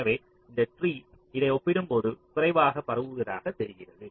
எனவே இந்த ட்ரீ இதை ஒப்பிடும்போது குறைவாக பரவுவதாக தெரிகிறது